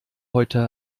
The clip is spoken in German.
heute